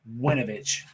Winovich